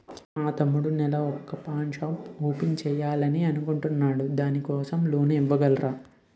మా తమ్ముడు నెల వొక పాన్ షాప్ ఓపెన్ చేయాలి అనుకుంటునాడు దాని కోసం లోన్ ఇవగలరా?